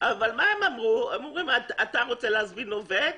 אבל הם אמרו שאם אתה רוצה להזמין עובד,